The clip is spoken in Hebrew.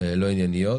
לא עניינית,